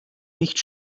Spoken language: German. nicht